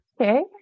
Okay